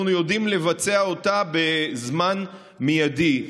אנחנו יודעים לבצע אותה בזמן מיידי.